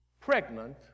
pregnant